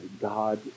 God